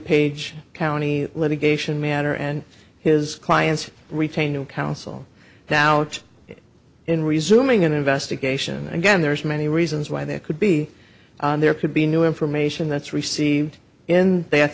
page county litigation matter and his client's retained counsel now in resuming an investigation again there's many reasons why there could be there could be new information that's received in